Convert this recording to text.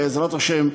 בעזרת השם,